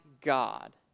God